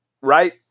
Right